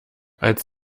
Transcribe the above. als